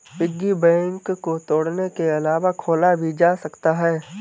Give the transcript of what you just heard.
piggy bank को तोड़ने के अलावा खोला भी जा सकता है